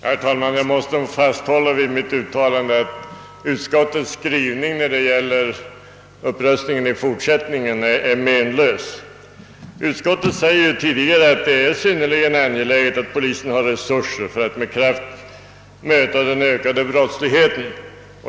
Herr talman! Jag måste fasthålla vid mitt uttalande att utskottets skrivning i fråga om upprustningen i fortsättningen är menlös. Utskottet har tidigare sagt att det är synnerligen angeläget att polisen har resurser för att med kraft möta den ökade brottsligheten.